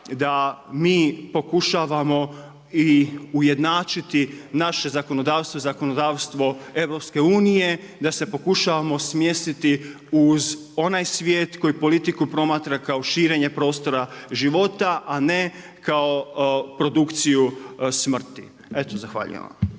da mi pokušavamo i ujednačiti naše zakonodavstvo i zakonodavstvo EU, da se pokušavamo smjestiti uz onaj svijet koji politiku promatra kao širenje prostora života, a ne kao produkciju smrti. Eto zahvaljujem vam.